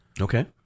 Okay